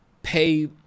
pay